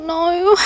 no